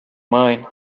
mine